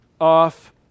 off